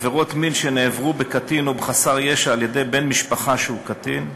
עבירות מין שנעברו בקטין או בחסר ישע על-ידי בן משפחה שהוא קטין,